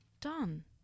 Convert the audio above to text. Done